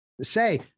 say